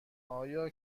آیا